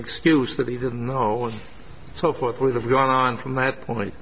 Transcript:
excuse that they didn't know and so forth we have gone on from that point